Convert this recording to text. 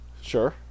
Sure